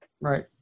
Right